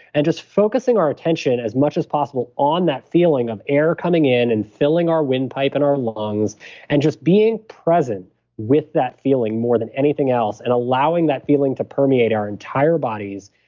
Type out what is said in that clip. and just focusing our attention as much as possible on that feeling of air coming in and filling our wind pipe and our lungs and just being present with that feeling more than anything else and allowing that feeling to permeate our entire bodies.